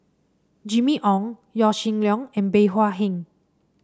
Jimmy Ong Yaw Shin Leong and Bey Hua Heng